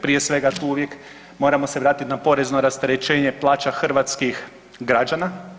Prije svega tu uvijek moramo se vratiti na porezno rasterećenje plaća hrvatskih građana.